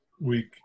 week